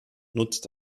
nutzt